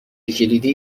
کلیدی